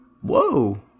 Whoa